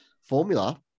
formula